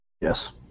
Yes